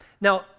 Now